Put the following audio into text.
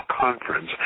conference